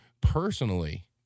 personally